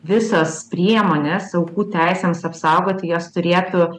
visos priemonės aukų teisėms apsaugoti jos turėtų